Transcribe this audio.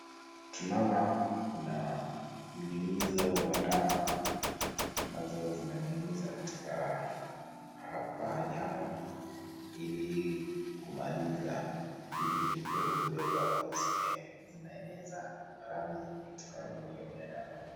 Tunaona kuna mnyunyizo wa dawa ambazo zinanyunyiza katika pahali hapa, ili kumaliza vidudu vidogo vidogo ambazo zinaeneza maradhi katika mwili ya binadamu.